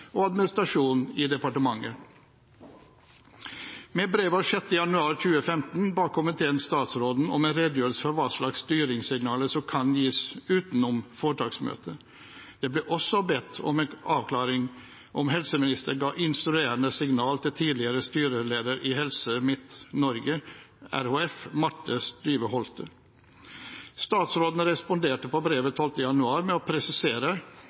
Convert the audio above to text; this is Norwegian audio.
og administrasjonen i departementet. Med brev av 6. januar 2015 ba komiteen statsråden om en redegjørelse for hva slags styringssignaler som kan gis utenom foretaksmøte. Det ble også bedt om en avklaring av om helseministeren ga instruerende signal til tidligere styreleder i Helse Midt-Norge RHF, Marthe Styve Holte. Statsråden responderte på brevet 12. januar med å presisere